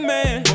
Man